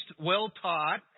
well-taught